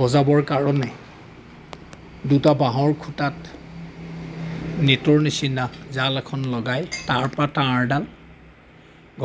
বজাবৰ কাৰণে দুটা বাঁহৰ খুটাত নেটৰ নিচিনা জাল এখন লগাই তাৰপৰা তাঁৰডাল